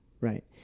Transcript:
Right